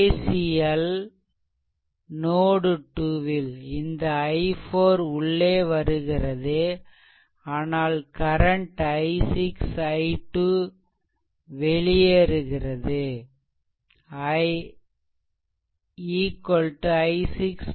KCL node 2ல் இந்த i4 உள்ளே வருகிறது ஆனால் கரண்ட் i6 i2 வெள்யேறுகிறது i6 i2